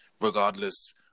regardless